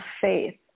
faith